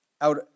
out